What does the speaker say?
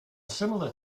similar